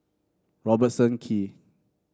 Robertson Quay